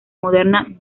moderna